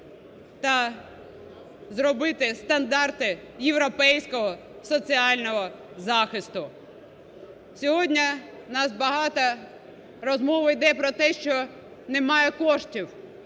та зробити стандарти європейського соціального захисту. Сьогодні у нас багато розмов іде про те, що немає коштів.